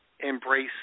embrace